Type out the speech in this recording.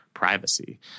privacy